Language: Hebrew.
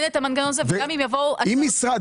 את המנגנון הזה וגם אם יבואו --- לפי